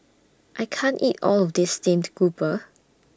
I can't eat All of This Steamed Grouper